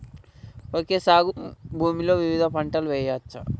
Okay సాగు భూమిలో వివిధ పంటలు వెయ్యచ్చా?